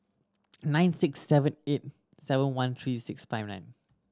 nine six seven eight seven one three six five nine